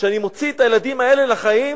אני מוציא את הילדים האלה לחיים,